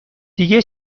دیگه